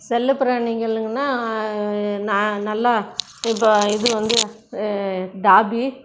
செல்லப் பிராணிங்கள்னால் நான் நல்லா இப்போ இது வந்து டாபி